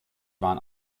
waren